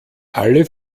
alle